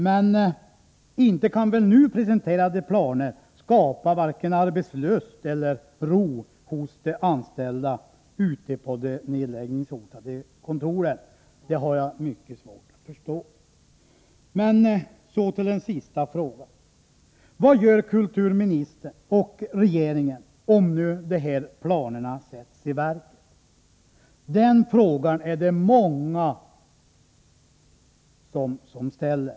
Men inte kan nu presenterade planer skapa vare sig arbetslust eller arbetsro hos de anställda ute på de nedläggningshotade kontoren. Det har jag mycket svårt att tänka mig att det skulle kunna göra. Så till den sista frågan: Vad gör kulturministern och regeringen om dessa planer sätts i verket? Den frågan är det många som ställer.